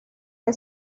que